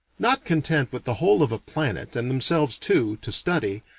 not content with the whole of a planet and themselves too, to study,